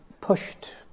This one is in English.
pushed